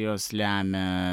jos lemia